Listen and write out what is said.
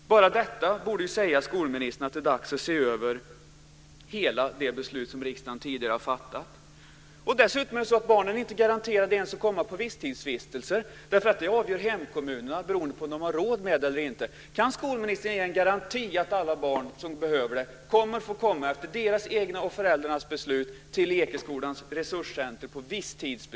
Bara detta borde, skolministern, säga att det är dags att se över hela det beslut som riksdagen tidigare har fattat. Dessutom är barnen inte ens garanterade att komma på visstidsvistelse därför att det avgör hemkommunen - beroende på om den har råd med det eller inte!